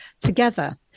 together